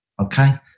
okay